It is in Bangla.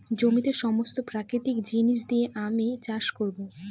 জমিতে সমস্ত প্রাকৃতিক জিনিস দিয়ে আমি চাষ করবো